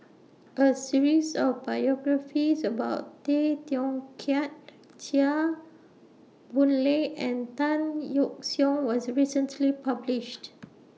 A series of biographies about Tay Teow Kiat Chua Boon Lay and Tan Yeok Seong was recently published